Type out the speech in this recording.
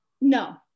No